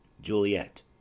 Juliet